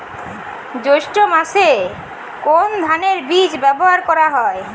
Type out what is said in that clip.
জৈষ্ঠ্য মাসে কোন ধানের বীজ ব্যবহার করা যায়?